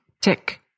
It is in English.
tick